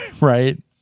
right